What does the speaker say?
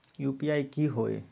UPI की होई?